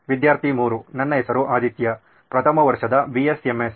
ವಿದ್ಯಾರ್ಥಿ 3 ನನ್ನ ಹೆಸರು ಆದಿತ್ಯ ಪ್ರಥಮ ವರ್ಷದ ಬಿಎಸ್ಎಂಎಸ್